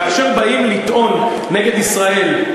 כאשר באים לטעון נגד ישראל,